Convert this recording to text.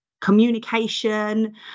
communication